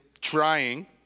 trying